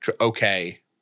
okay